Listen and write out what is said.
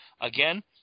again